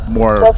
more